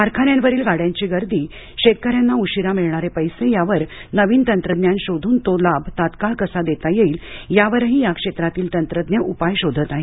कारखान्यांवरील गाड्यांची गर्दी शेतकऱ्यांना उशिरा मिळणारे पैसे यावर नवीन तंत्रज्ञान शोधून तो लाभ तात्काळ कसा देता येईल यावरही या क्षेत्रातील तंत्रज्ञ उपाय शोधत आहेत